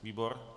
Výbor?